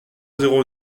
zéro